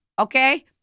Okay